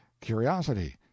Curiosity